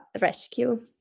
rescue